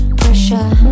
pressure